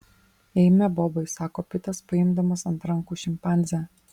eime bobai sako pitas paimdamas ant rankų šimpanzę